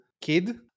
kid